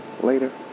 Later